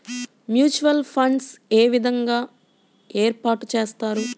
Mutual funds ఏ విధంగా ఏర్పాటు చేస్తారు?